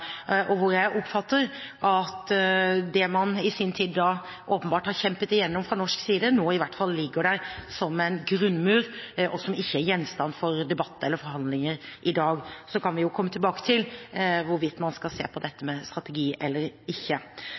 jeg oppfatter at det man i sin tid åpenbart har kjempet igjennom fra norsk side, nå i hvert fall ligger der som en grunnmur og ikke er gjenstand for debatt eller forhandlinger i dag. Så kan vi jo komme tilbake til hvorvidt man skal se på dette med strategi eller ikke.